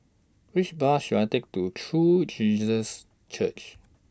Which Bus should I Take to True Jesus Church